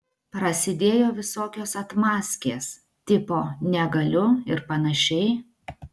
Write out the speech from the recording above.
prasidėjo visokios atmazkės tipo negaliu ir panašiai